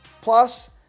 Plus